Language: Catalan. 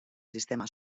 sistema